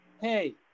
Hey